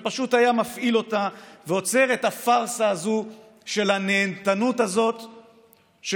הוא פשוט היה מפעיל אותה ועוצר את הפארסה הזו של הנהנתנות הזו שכל-כולה